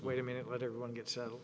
wait a minute let everyone get settled